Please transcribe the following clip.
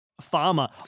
farmer